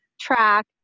track